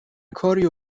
کاریو